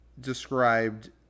described